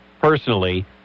personally